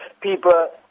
people